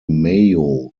mayo